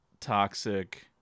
toxic